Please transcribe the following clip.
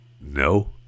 no